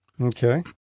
Okay